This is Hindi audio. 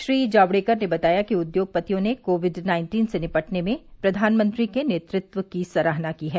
श्री जावड़ेकर ने बताया कि उद्योगपतियों ने कोविड नाइन्टीन से निपटने में प्रधानमंत्री के नेतृत्व की सराहना की है